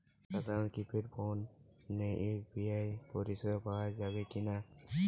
সাধারণ কিপেড ফোনে ইউ.পি.আই পরিসেবা পাওয়া যাবে কিনা?